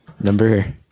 Number